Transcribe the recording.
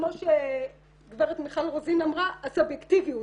כמו שגברת מיכל רוזין אמרה, הסובייקטיביות.